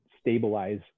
stabilize